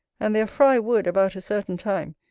and their fry would, about a certain time,